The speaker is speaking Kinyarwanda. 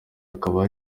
hakaba